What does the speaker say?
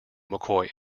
mccoy